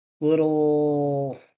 Little